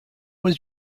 was